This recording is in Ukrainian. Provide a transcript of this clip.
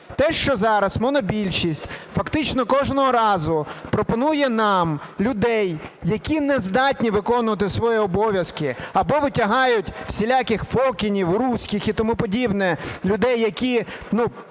Те, що зараз монобільшість фактично кожного разу пропонує нам людей, які не здатні виконувати свої обов'язки або витягають всіляких Фокінів, руських і тому подібне, людей, які